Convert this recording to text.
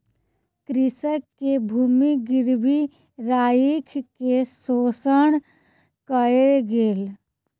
कृषक के भूमि गिरवी राइख के शोषण कयल गेल